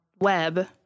web